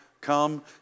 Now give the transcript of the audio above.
come